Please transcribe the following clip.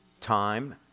Time